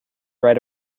right